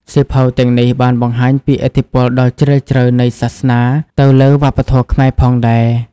សៀវភៅទាំងនេះបានបង្ហាញពីឥទ្ធិពលដ៏ជ្រាលជ្រៅនៃសាសនាទៅលើវប្បធម៌ខ្មែរផងដែរ។